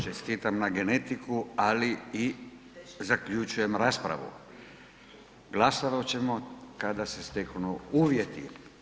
Čestitam na genetiku, ali i zaključujem raspravu, glasovat ćemo kada se steknu uvjeti.